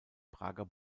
prager